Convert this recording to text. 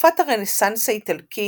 בתקופת הרנסאנס האיטלקי,